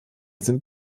sind